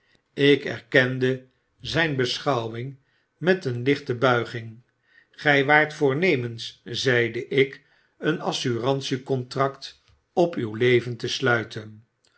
ik erkende zyn beschouwing met een lichte buiging gy waart voornemens zeide ik een assurantie contract op uw leven te sluiten